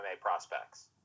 Prospects